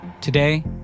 Today